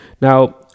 Now